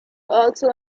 also